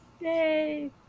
Yay